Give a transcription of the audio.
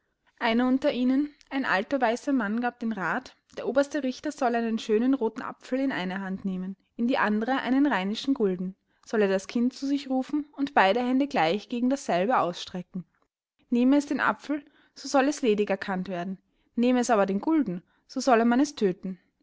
einer unter ihnen ein alter weißer mann gab den rath der oberste richter solle einen schönen rothen apfel in eine hand nehmen in die andere einen rheinischen gulden solle das kind zu sich rufen und beide hände gleich gegen dasselbe ausstrecken nehme es den apfel so soll es ledig erkannt werden nehme es aber den gulden so solle man es tödten